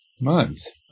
months